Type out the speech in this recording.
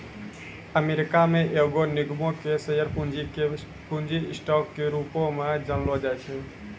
America मे एगो निगमो के शेयर पूंजी के पूंजी स्टॉक के रूपो मे जानलो जाय छै